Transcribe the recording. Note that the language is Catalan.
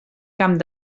camp